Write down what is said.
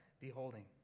beholding